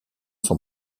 son